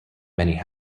many